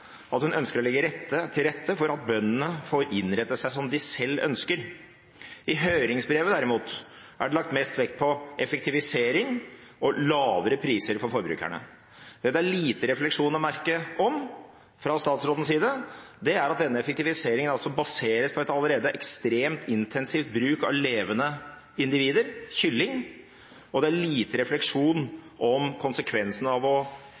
at hun ønsker å legge til rette for at bøndene får innrette seg som de selv ønsker. I høringsbrevet derimot er det lagt mest vekt på effektivisering og lavere priser for forbrukerne. Men det det er lite refleksjon å merke om fra statsrådens side, er at denne effektiviseringen baseres på et allerede ekstremt intensivt bruk av levende individer, kylling, og det er lite refleksjon om konsekvensene av å